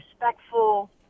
respectful